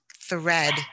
thread